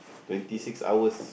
twenty six hours